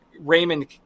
Raymond